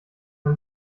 man